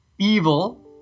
Evil